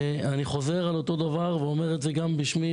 ואני חוזר על אותו דבר ואומר את זה גם בשמי